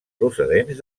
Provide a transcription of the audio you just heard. procedents